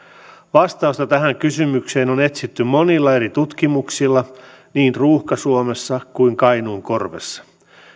vastausta tähän kysymykseen on etsitty monilla eri tutkimuksilla niin ruuhka suomessa kuin kainuun korvessa